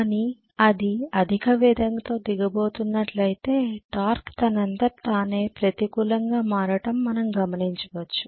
కానీ అది అధిక వేగంతో దిగబోతున్నట్లయితే టార్క్ తనంతట తానే ప్రతికూలంగా మారటం మనం గమనించవచ్చు